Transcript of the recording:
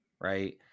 right